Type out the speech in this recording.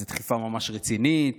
זה דחיפה ממש רצינית?